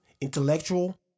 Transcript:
intellectual